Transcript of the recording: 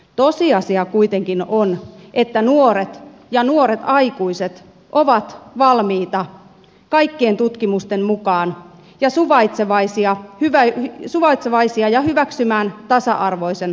tosiasia kuitenkin on että nuoret ja nuoret aikuiset ovat kaikkien tutkimusten mukaan suvaitsevaisia ja valmiita hyväksymään tasa arvoisen avioliittolain